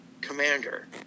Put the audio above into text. commander